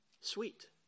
sweet